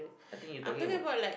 I think you talking about